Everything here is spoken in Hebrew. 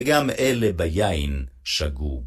וגם אלה ביין שגו.